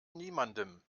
niemandem